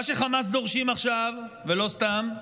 מה שחמאס דורשים עכשיו, ולא סתם,